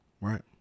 right